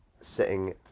sitting